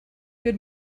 good